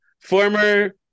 Former